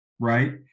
Right